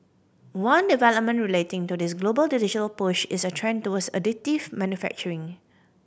one development relating to this global digital push is a trend towards additive manufacturing